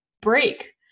break